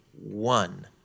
one